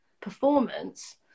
performance